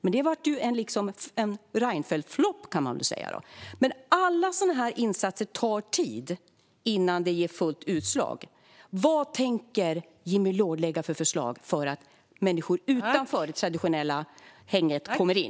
Men de blev en Reinfeldtflopp. Det tar tid för alla insatser innan de ger fullt utslag. Vilka förslag tänker Jimmy Loord lägga fram för att människor utanför det traditionella hägnet kommer in?